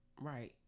right